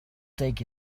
take